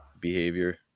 behavior